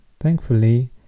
Thankfully